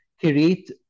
create